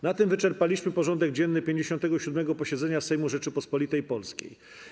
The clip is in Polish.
Na tym wyczerpaliśmy porządek dzienny 57. posiedzenia Sejmu Rzeczypospolitej Polskiej.